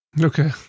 Okay